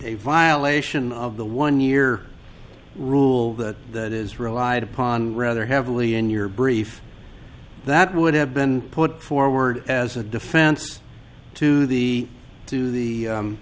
violation of the one year rule that that is relied upon rather heavily in your brief that would have been put forward as a defense to the to